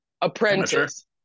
Apprentice